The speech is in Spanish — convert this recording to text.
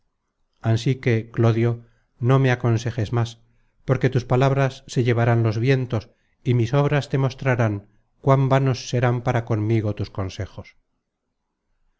ansí que clodio no me aconsejes más porque tus palabras se llevarán los vientos y mis obras te mostrarán cuán vanos serán para conmigo tus consejos